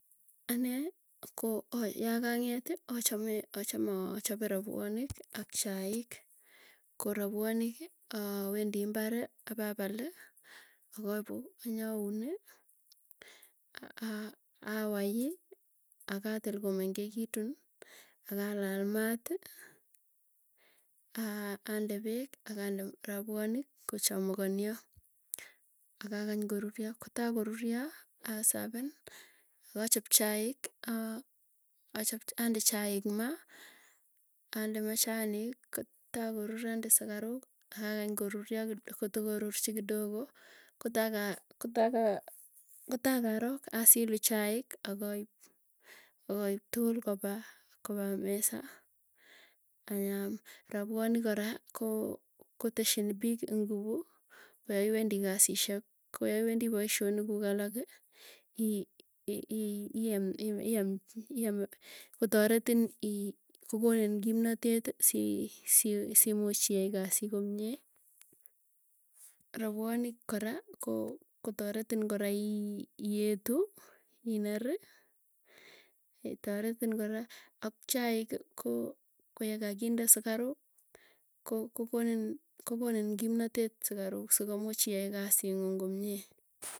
Anee ko yakang'eeti achame, achame achape rapwanik ak chaik. Ko rapwaniki aa wendi imbari apapali akaipu anyauni, awai akatil komengekitun akalal maati, aah ande peek akande rapwanik, kochamukanyo akakany koruryo kotagoruryo aserven. Akachop chaik, ande chaik maa, ande machanik, kotagorur ande sukaruk akagany koruria kodogo. kotakarok asilu chaik akaip, akaip tukul kopa kopa meza anyaam. Rapwanik kora koo koteshin piik nguvu koyoiwendi kasisiek, koyaiwendi poisyonik kuuk alaki iam kotaretin ii kokonin kimnatet sii simuuch iai kasii komie. Ropuanik kora koo kotoretin kora ii ietu ineri, taretin kora ak chaik koo ko yekakinde sikaruu, ko kokonin kimnatet sukaruk sukomuch ia kasiing'ung komie.